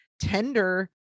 tender